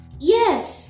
Yes